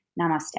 Namaste